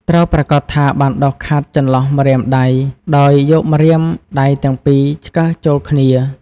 ត្រូវប្រាកដថាបានដុសខាត់ចន្លោះម្រាមដៃ ដោយយកម្រាមដៃទាំងពីរឆ្កឹះចូលគ្នា។